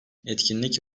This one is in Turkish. etkinlik